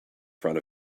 front